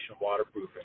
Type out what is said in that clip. waterproofing